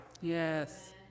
Yes